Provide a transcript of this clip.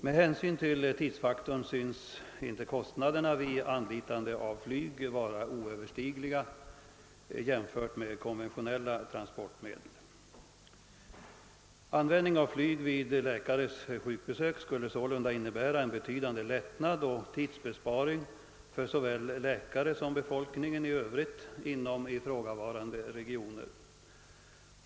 Med hänsyn till tidsfaktorn synes kostnaderna vid anlitande av flyg inte vara oöverstigliga, jämförda med vad konventionella transportmedel betingar. Användning av flyg vid läkares sjukbesök skulle sålunda innebära en betydande lättnad och stor tidsbesparing för såväl läkare som befolkning inom ifrågavarande regioner.